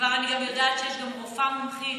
וכבר אני גם יודעת שיש רופאה מומחית